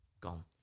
gone